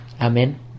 Amen